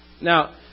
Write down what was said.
now